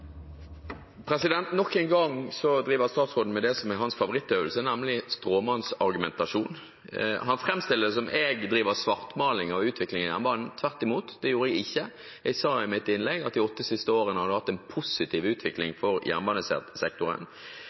hans favorittøvelse, nemlig stråmannsargumentasjon. Han framstiller det som om jeg driver svartmaling av utviklingen i jernbanen. Tvert imot, det gjorde jeg ikke, jeg sa i mitt innlegg at de åtte siste årene har vi hatt en positiv utvikling